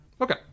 Okay